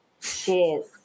Cheers